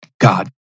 god